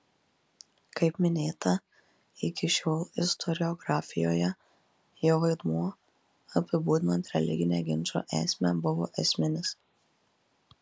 kaip minėta iki šiol istoriografijoje jo vaidmuo apibūdinant religinę ginčo esmę buvo esminis